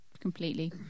completely